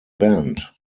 band